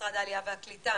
משרד העלייה והקליטה,